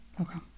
Okay